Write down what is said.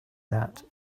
that